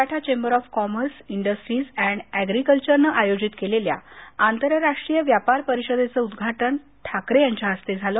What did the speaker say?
Maratha chamber of commerce industries and agriculture नं आयोजित केलेल्या आंतर राष्ट्रीय व्यापार परिषदेचं उदघाटन ठाकरे यांच्या हस्ते झालं